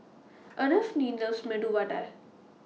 Anfernee loves Medu Vada